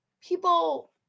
people